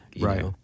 Right